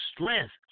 strength